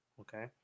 okay